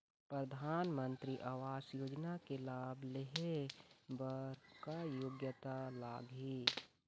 परधानमंतरी आवास योजना के लाभ ले हे बर का योग्यता लाग ही?